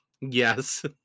Yes